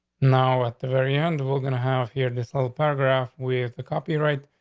now, at the very end, we're gonna have here this whole paragraph with the copy, right?